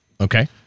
Okay